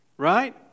Right